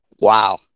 wow